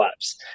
apps